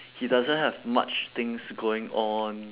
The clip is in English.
he doesn't have much things going on